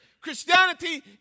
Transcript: Christianity